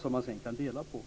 som man sedan kan dela på.